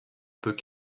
peut